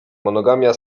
monogamia